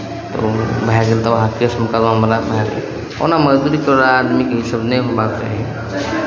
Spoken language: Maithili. तऽ ओ भए गेल तऽ वहाँ केस मुकदमा मने भए गेल ओना मजदूरी करयवला आदमीकेँ इसभ नहइ होयबाक चाही